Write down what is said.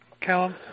Callum